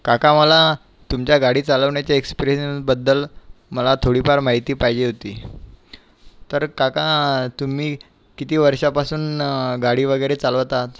काका मला तुमच्या गाडी चालवण्याच्या एक्सपिरियंसबद्दल मला थोडीफार माहिती पाहिजे होती तर काका तुम्ही किती वर्षापासून गाडी वगैरे चालवत आहात